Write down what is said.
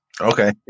Okay